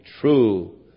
true